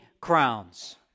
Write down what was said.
crowns